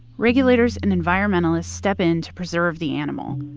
regulators and environmentalist step in to preserve the animal.